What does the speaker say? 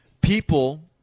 people